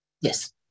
Yes